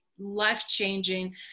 life-changing